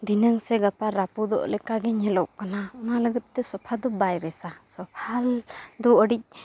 ᱫᱷᱤᱱᱟᱹᱝ ᱥᱮ ᱜᱟᱯᱟ ᱨᱟᱹᱯᱩᱫᱚᱜ ᱞᱮᱠᱟ ᱧᱮᱞᱚᱜ ᱠᱟᱱᱟ ᱚᱱᱟ ᱞᱟᱹᱜᱤᱫ ᱛᱮ ᱥᱚᱯᱷᱟ ᱫᱚ ᱵᱟᱭ ᱵᱮᱥᱟ ᱥᱚᱯᱷᱟ ᱫᱚ ᱟᱹᱰᱤ